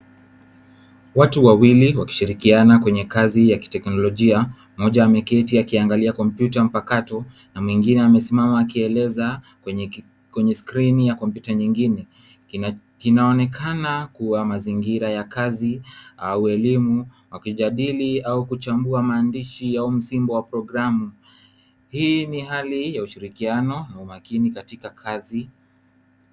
Watu wawili wakishirikiana kwenye kazi ya kiteknolojia. Mmoja ameketi akiangalia kompyuta mpakato na mwingine amesimama akieleza kwenye skrini ya kompyuta nyingine, Kinaonekana kua mazingira ya kazi au elimu wakijadili au kuchambua maandishi ya msimbo wa [programmu . Hii ni hali ya ushirikiano wa makini katika kazi.